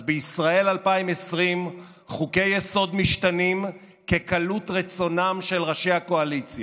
אז בישראל 2020 חוקי-יסוד משתנים בקלות כרצונם של ראשי הקואליציה.